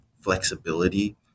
flexibility